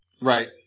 Right